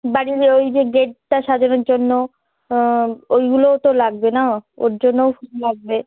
বাড়ির ওই যে গেটটা সাজানোর জন্য ওইগুলোও তো লাগবে না ওর জন্যও ফুল লাগবে